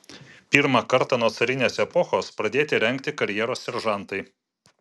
pirmą kartą nuo carinės epochos pradėti rengti karjeros seržantai